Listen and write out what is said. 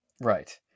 Right